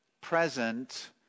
present